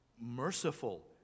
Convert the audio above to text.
merciful